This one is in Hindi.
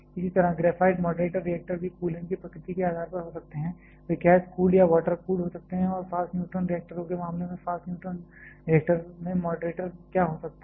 इसी तरह ग्रेफाइट मॉडरेटर रिएक्टर भी कूलेंट की प्रकृति के आधार पर हो सकते हैं वे गैस कूल्ड या वाटर कूल्ड हो सकते हैं और फास्ट न्यूट्रॉन रिएक्टरों के मामले में फास्ट न्यूट्रॉन रिएक्टर में मॉडरेटर क्या हो सकता है